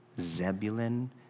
Zebulun